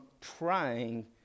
trying